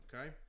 Okay